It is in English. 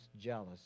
jealous